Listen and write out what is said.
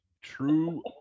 true